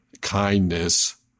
kindness